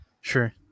Sure